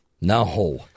No